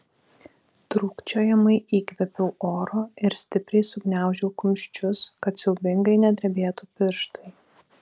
trūkčiojamai įkvėpiau oro ir stipriai sugniaužiau kumščius kad siaubingai nedrebėtų pirštai